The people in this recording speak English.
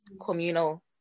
communal